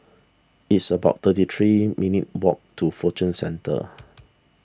it's about thirty three minutes' walk to Fortune Centre